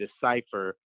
decipher